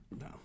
No